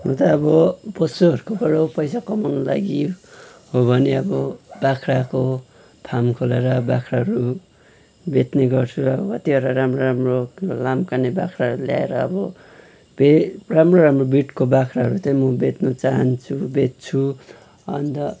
अन्त अब पशुहरूकोबाट पैसा कमाउनको लागि हो भने अब बाख्राको फार्म खोलेर बाख्राहरू बेच्ने गर्छु कतिवटा राम्रो राम्रो लामकाने बाख्राहरू ल्याएर अब भेट राम्रो राम्रो ब्रिडको बाख्राहरू चाहिँ म बेच्न चहान्छु बेच्छु अन्त